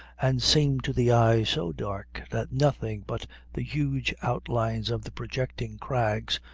and seemed to the eye so dark that nothing but the huge outlines of the projecting crags,